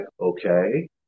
okay